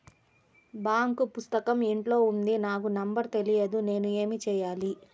Bank పుస్తకం ఇంట్లో ఉంది నాకు నంబర్ తెలియదు నేను ఏమి చెయ్యాలి?